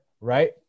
right